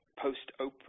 Post-Oprah